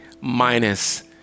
minus